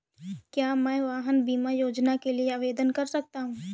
क्या मैं वाहन बीमा योजना के लिए आवेदन कर सकता हूँ?